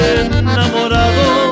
enamorado